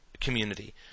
community